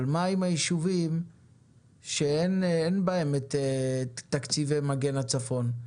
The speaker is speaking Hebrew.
אבל מה עם היישובים שאין בהם תקציבי מגן הצפון?